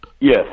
Yes